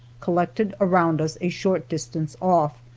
collected around us a short distance off,